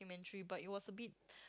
~mentary but it was a bit